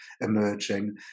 emerging